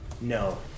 No